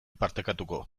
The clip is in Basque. partekatuko